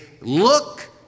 look